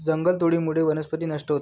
जंगलतोडीमुळे वनस्पती नष्ट होते